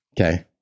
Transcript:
Okay